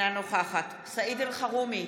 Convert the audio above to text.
אינה נוכחת סעיד אלחרומי,